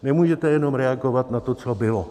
Nemůžete jenom reagovat na to, co bylo.